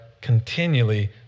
continually